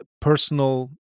personal